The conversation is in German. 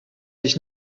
ich